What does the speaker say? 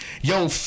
Yo